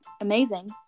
amazing